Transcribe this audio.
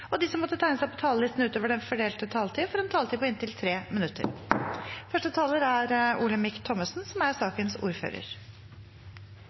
og de som måtte tegne seg på talerlisten utover den fordelte taletid, får en taletid på inntil 3 minutter. Denne saken er også en midlertidig lovendring som